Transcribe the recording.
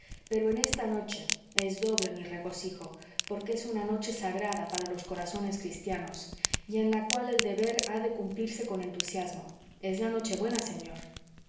pero en esta noche es doble mi regocijo porque es una noche sagrada para los corazones cristianos y en la cual el deber ha de cumplirse con entusiasmo es la nochebuena señor